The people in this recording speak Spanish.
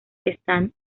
están